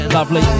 Lovely